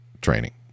training